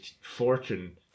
fortune